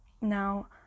Now